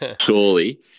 surely